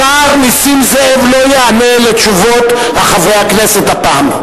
השר נסים זאב לא יענה על תשובות חברי הכנסת הפעם.